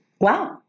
Wow